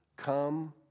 come